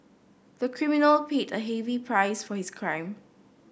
the criminal paid a heavy price for his crime